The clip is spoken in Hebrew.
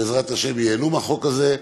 בעזרת השם, ייהנו מהחוק הזה.